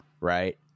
right